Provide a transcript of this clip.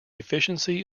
efficiency